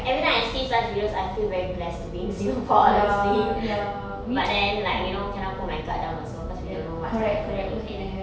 everytime I see such videos I feel very blessed to be in singapore honestly but then like you know cannot put my guard down also cause we don't know what might happen anywhere